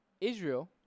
Israel